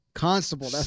constable